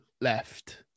left